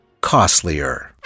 costlier